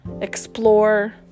explore